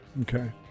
Okay